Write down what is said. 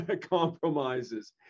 compromises